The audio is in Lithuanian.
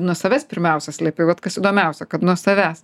nuo savęs pirmiausia slepi vat kas įdomiausia kad nuo savęs